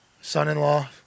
Son-in-law